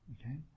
Okay